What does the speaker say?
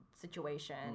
situation